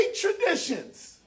traditions